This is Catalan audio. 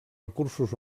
recursos